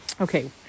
Okay